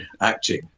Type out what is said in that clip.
acting